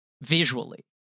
visually